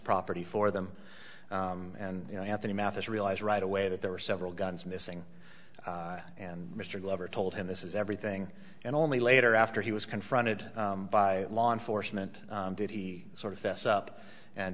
property for them and you know anthony mathis realized right away that there were several guns missing and mr glover told him this is everything and only later after he was confronted by law enforcement did he sort of fess up and